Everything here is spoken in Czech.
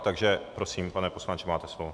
Takže prosím, pane poslanče, máte slovo.